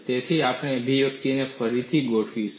તેથી આપણે અભિવ્યક્તિઓને ફરીથી ગોઠવીશું